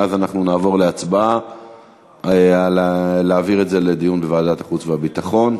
ואז נעבור להצבעה על ההצעה להעביר את זה לדיון בוועדת החוץ והביטחון,